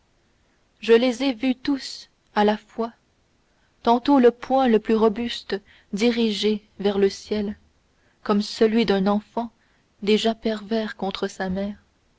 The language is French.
je les ai vus tous à la fois tantôt le poing le plus robuste dirigé vers le ciel comme celui d'un enfant déjà pervers contre sa mère